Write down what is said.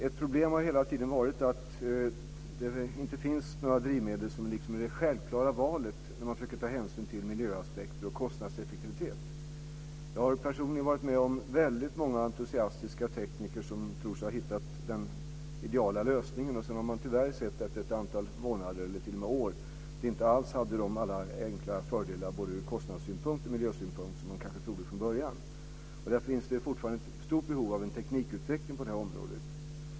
Ett problem har hela tiden varit att det inte finns några drivmedel som är det självklara valet när man försöker ta hänsyn till miljöaspekter och kostnadseffektivitet. Jag har personligen varit med om många entusiastiska tekniker som tror sig ha hittat den ideala lösningen. Sedan har man tyvärr efter ett antal månader eller t.o.m. år sett att det inte alls hade alla de enkla fördelar ur både kostnadssynpunkt och miljösynpunkt som man kanske trodde från början. Därför finns det fortfarande ett stort behov av en teknikutveckling på området.